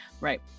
right